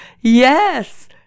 Yes